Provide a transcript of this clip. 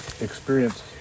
experience